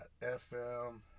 fm